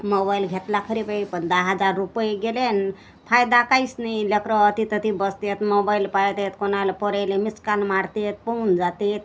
mobile घेतला खरे बाई पण दहा हजार रुपये गेले आणि फायदा काहीच नाही लेकारोवो तिथं ती बसतात मोबाईल पाहतात कोणाला पोराला मिसकान मारतात पळून जातात